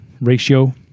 ratio